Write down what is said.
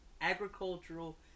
Agricultural